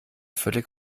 völlig